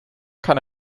kann